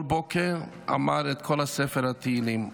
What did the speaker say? כל בוקר אמר את כל ספר התהילים,